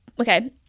okay